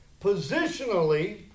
positionally